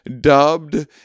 dubbed